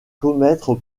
commettre